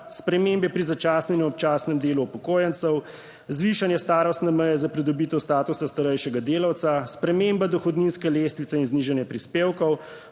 spremembe pri začasnem in občasnem delu upokojencev, zvišanje starostne meje za pridobitev statusa starejšega delavca, sprememba dohodninske lestvice in znižanje prispevkov,